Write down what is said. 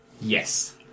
Yes